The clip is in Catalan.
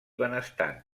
benestant